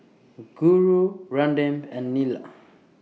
Guru Ramdev and Neila